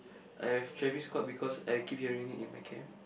I have Travis-Scott because I keep hearing it in my camp